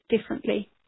differently